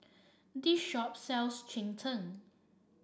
this shop sells Cheng Tng